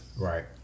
Right